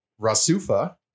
Rasufa